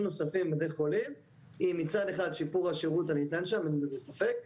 נוספים בבתי חולים היא מצד אחד שיפור השירות הניתן שם אין בזה ספק,